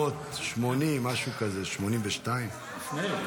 1980, משהו כזה, 1982. לפני.